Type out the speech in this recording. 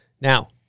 Now